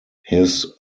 his